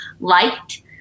liked